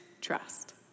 Trust